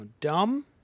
dumb